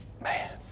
man